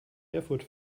erfurt